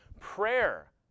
Prayer